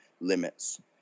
limits